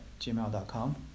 gmail.com